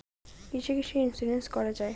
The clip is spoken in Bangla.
কিসের কিসের ইন্সুরেন্স করা যায়?